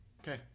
Okay